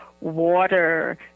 water